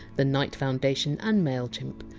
the knight foundation, and mailchimp.